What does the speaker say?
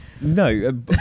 No